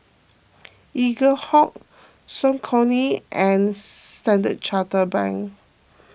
Eaglehawk Saucony and Standard Chartered Bank